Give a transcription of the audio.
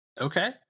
Okay